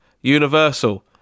Universal